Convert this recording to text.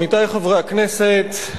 עמיתי חברי הכנסת,